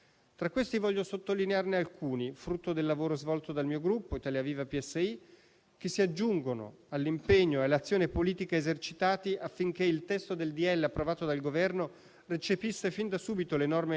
Viene semplificata la consegna dei lavori e delle forniture e dei servizi in via d'urgenza. Vengono consentiti il riesame e l'adozione in tempi rapidi dei singoli atti di assenso oggetto di rilievi del giudice, senza bloccare le procedure di opere complesse.